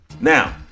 Now